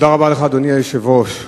אדוני היושב-ראש,